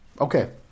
Okay